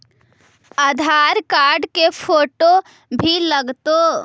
आधार card के photo भी लग तै?